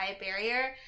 barrier